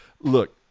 Look